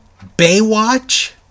Baywatch